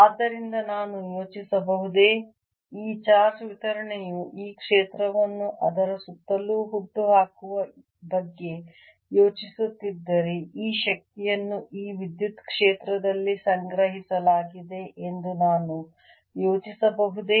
ಆದ್ದರಿಂದ ನಾನು ಯೋಚಿಸಬಹುದೇ ಈ ಚಾರ್ಜ್ ವಿತರಣೆಯು ಈ ಕ್ಷೇತ್ರವನ್ನು ಅದರ ಸುತ್ತಲೂ ಹುಟ್ಟುಹಾಕುವ ಬಗ್ಗೆ ಯೋಚಿಸುತ್ತಿದ್ದರೆ ಈ ಶಕ್ತಿಯನ್ನು ಈ ವಿದ್ಯುತ್ ಕ್ಷೇತ್ರದಲ್ಲಿ ಸಂಗ್ರಹಿಸಲಾಗಿದೆ ಎಂದು ನಾನು ಯೋಚಿಸಬಹುದೇ